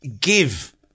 give